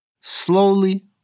Slowly